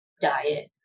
diet